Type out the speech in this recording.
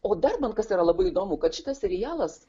o dabar kas yra labai įdomu kad šitas serialas